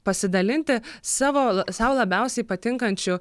pasidalinti savo sau labiausiai patinkančiu